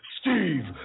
Steve